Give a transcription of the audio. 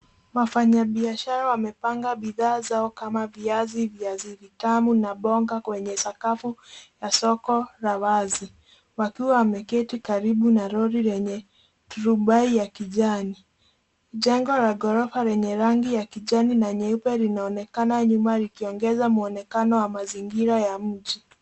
Wafanyabiashara wamepanga bidhaa zao kama viazi, viazi vitamu na mboga kwenye sakafu ya soko la wazi wakiwa wameketi karibu na lori lenye turubai ya kijani. Jengo la ghorofa lenye rangi ya kijani na nyeupe linaonekana nyuma likiongeza mwonekana wa mazingira ya mji.